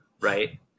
right